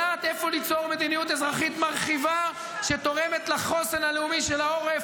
יודעת איפה ליצור מדיניות אזרחית מרחיבה שתורמת לחוסן הלאומי של העורף,